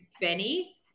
Benny